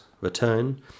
return